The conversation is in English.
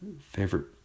favorite